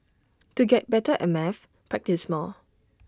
to get better at maths practise more